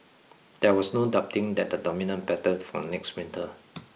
there was no doubting that the dominant pattern for next winter